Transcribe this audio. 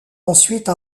ensuite